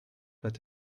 that